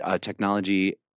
technology